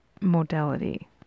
modality